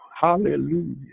Hallelujah